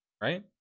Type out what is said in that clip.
right